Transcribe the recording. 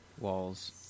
walls